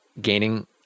gaining